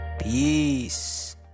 Peace